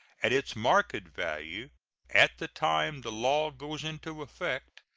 at its market value at the time the law goes into effect,